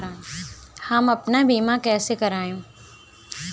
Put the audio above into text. हम अपना बीमा कैसे कराए?